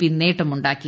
P നേട്ടമുണ്ടാക്കി